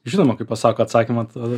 žinoma kai pasako atsakymą tada